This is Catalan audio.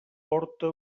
porta